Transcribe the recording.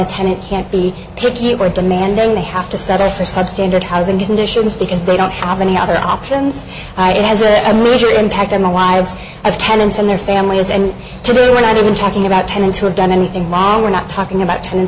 a tenant can't be picky were demanding they have to settle for substandard housing conditions because they don't have any other options it has a major impact on the lives of tenants and their families and to me without even talking about tenants who have done anything wrong we're not talking about ten